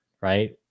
right